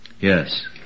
Yes